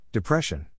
Depression